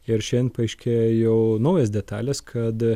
ir šiandien paaiškėjo jau naujos detalės kad